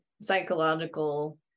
psychological